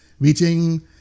reaching